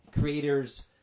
creators